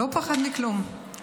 לא פחד מכלום.